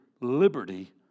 liberty